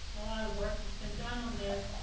a lot of work has been done on this.